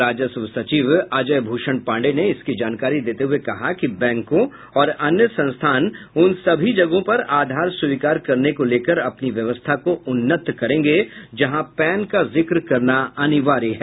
राजस्व सचिव अजय भूषण पाण्डेय ने इसकी जानकारी देते हुये कहा कि बैंकों और अन्य संस्थान उन सभी जगहों पर आधार स्वीकार करने को लेकर अपनी व्यवस्था को उन्नत करेंगे जहां पैन का जिक्र करना अनिवार्य है